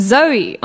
Zoe